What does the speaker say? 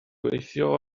gweithio